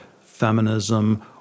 feminism